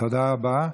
תודה רבה.